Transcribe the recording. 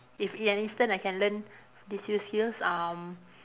if in an instant I can learn these new skills um